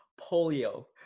polio